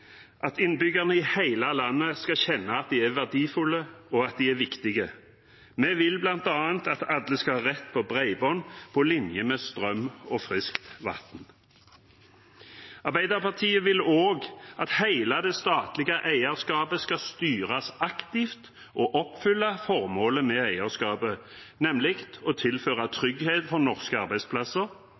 at innbyggerne i hele landet skal kjenne at de er verdifulle, og at de er viktige. Vi vil bl.a. at alle skal ha rett på bredbånd, på linje med strøm og friskt vann. Arbeiderpartiet vil også at hele det statlige eierskapet skal styres aktivt og oppfylle formålet med eierskapet, nemlig å tilføre trygghet for norske arbeidsplasser,